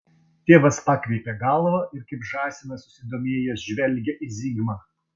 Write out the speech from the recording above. tėvas pakreipia galvą ir kaip žąsinas susidomėjęs žvelgia į zigmą